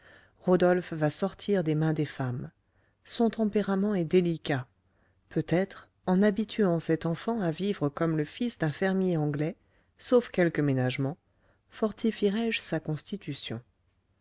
rodolphe va sortir des mains des femmes son tempérament est délicat peut-être en habituant cet enfant à vivre comme le fils d'un fermier anglais sauf quelques ménagements fortifierai je sa constitution